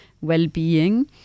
well-being